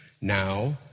now